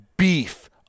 beef